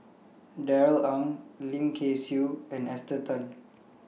Darrell Ang Lim Kay Siu and Esther Tan